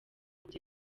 kujya